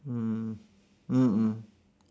mm mm mm